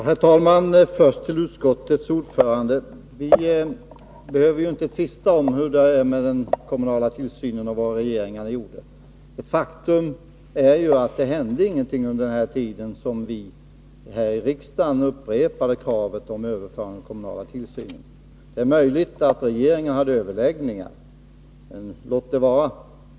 Herr talman! Först till utskottets ordförande: Vi behöver ju inte tvista om hur det är med den kommunala tillsynen och vad regeringarna gjorde och inte gjorde. Faktum är att det hände ingenting under den tid som vi här i riksdagen upprepade kravet på en överföring av den kommunala tillsynen till andra organ. Det är möjligt att regeringen hade överläggningar — må så vara.